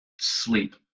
sleep